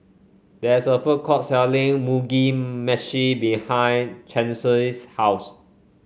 there is a food court selling Mugi Meshi behind Chauncey's house